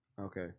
Okay